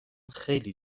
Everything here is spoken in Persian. خیلی